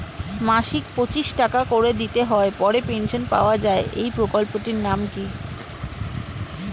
মাসিক পঁচিশ টাকা করে দিতে হয় পরে পেনশন পাওয়া যায় এই প্রকল্পে টির নাম কি?